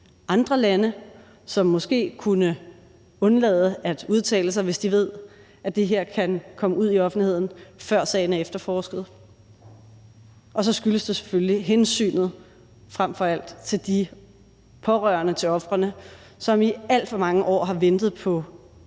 andre lande, som måske kunne undlade at udtale sig, hvis de ved, at det her kan komme ud i offentligheden, før sagen er efterforsket. Og så skyldes det selvfølgelig frem for alt hensynet til de pårørende til ofrene, som i alt for mange år har ventet på at få